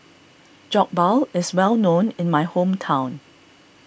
Jokbal is well known in my hometown